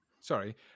Sorry